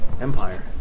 Empire